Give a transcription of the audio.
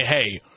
hey